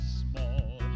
small